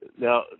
Now